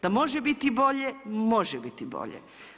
Da može biti bolje, može biti bolje.